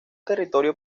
territorio